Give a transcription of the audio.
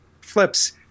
flips